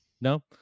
No